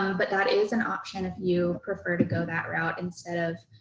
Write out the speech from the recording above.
um but that is an option if you prefer to go that route, instead of,